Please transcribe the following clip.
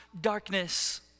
darkness